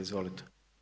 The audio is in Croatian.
Izvolite.